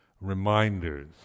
reminders